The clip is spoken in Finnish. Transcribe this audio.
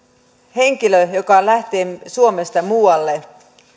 henkilö joka lähtee suomesta muualle